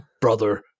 brother